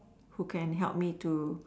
who can help me to